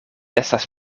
estas